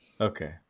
okay